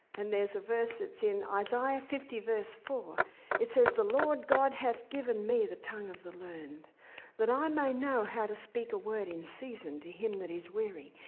and there's a verse that's in isaiah fifty four, it says, the lord god hath given me the tongue of the learned that i may know how to speak a word in season to him that is weary.